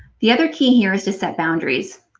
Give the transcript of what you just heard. the other key here is to set boundaries.